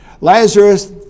Lazarus